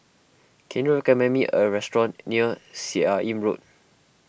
can you recommend me a restaurant near Seah Im Road